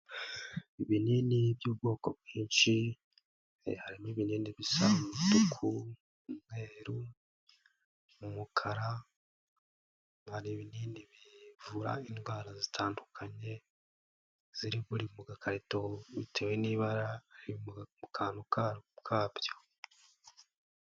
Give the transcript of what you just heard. Ibinini by'ubwoko bwinshi. Harimo ibinini bisa: umutuku, umweru, umukara. Hari ibinini bivura indwara zitandukanye ziri buri mu gakarito, bitewe n'ibara mu kantu kabyo.